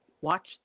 Watch